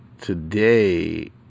today